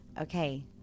Okay